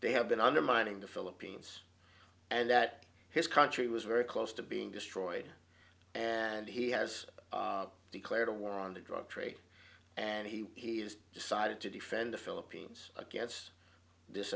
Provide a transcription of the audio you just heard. they have been undermining the philippines and that his country was very close to being destroyed and he has declared war on the drug trade and he has decided to defend the philippines against this